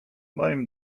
moim